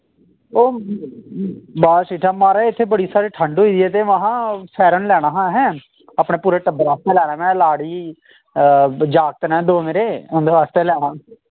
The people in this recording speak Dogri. ओह् बस ठीक ठाक म्हाजाज इत्थै बड़ी सारी ठंड होई गेदी ऐ ते महां फैरन लैना हा असें अपने पुरे टब्बर आस्तै लैना मैं लाड़ी जागत न दो मेरे उं'दे बास्तै लैना